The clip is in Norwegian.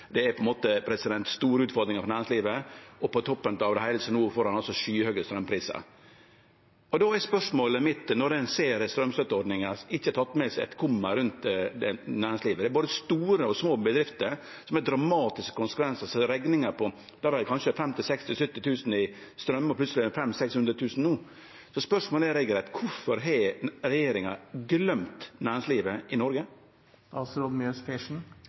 Det er på ein måte store utfordringar for næringslivet, og på toppen av det heile får ein no altså skyhøge straumprisar. Ein ser ei straumstøtteordning som ikkje har teke med seg eit komma rundt næringslivet. Det er både store og små bedrifter som opplever dramatiske konsekvensar, som hadde rekningar på kanskje 50 000–70 000 kr i straum, og plutseleg er det 500 000–600 000 kr no. Så spørsmålet er: Kvifor har regjeringa gløymt næringslivet i